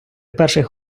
перших